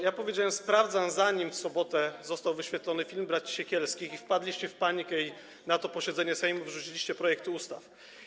Ja powiedziałem: sprawdzam, zanim w sobotę został wyświetlony film braci Sekielskich i wpadliście w panikę, i na to posiedzenie Sejmu wrzuciliście projekty ustaw.